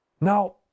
now